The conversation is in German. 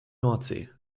nordsee